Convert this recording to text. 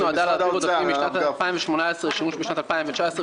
ההודעה התקציבית נועדה להעביר עודפים משנת 2018 לשימוש בשנת 2019,